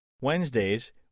Wednesdays